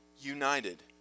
united